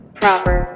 proper